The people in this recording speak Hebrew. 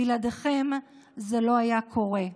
בלעדיכם זה לא היה קורה.